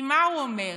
כי מה הוא אומר?